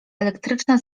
elektryczna